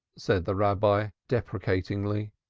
said the rabbi deprecatingly.